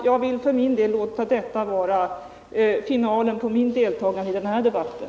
Jag vill för min del låta detta vara finalen på mitt deltagande i den här debatten.